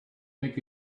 think